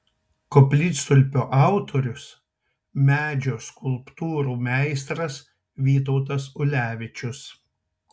koplytstulpio autorius medžio skulptūrų meistras vytautas ulevičius